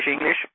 English